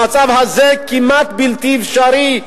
במצב הזה, כמעט בלתי אפשרי.